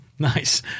Nice